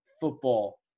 football